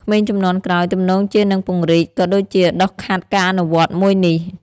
ក្មេងជំនាន់ក្រោយទំនងជានឹងពង្រីក ក៏ដូចជាដុសខាត់ការអនុវត្តមួយនេះ។